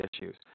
issues